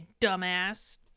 dumbass